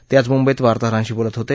ते आज मुंबईत वार्ताहरांशी बोलत होते